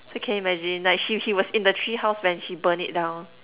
so can you imagine like he he was in the treehouse when she burn it down